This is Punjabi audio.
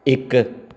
ਇੱਕ